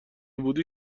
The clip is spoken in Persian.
بودی